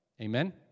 Amen